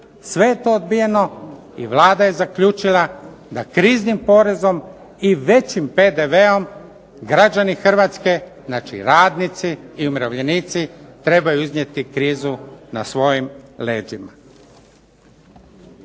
Sve je to odbijeno i Vlada je zaključila da kriznim porezom i većim PDV-om građani Hrvatske, znači radnici i umirovljenici trebaju iznijeti krizu na svojim leđima.